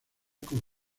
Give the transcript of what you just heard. con